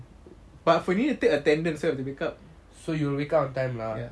but need to take attendance so have to wake up